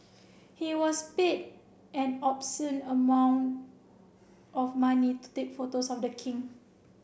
he was paid an obscene amount of money to take photos of the king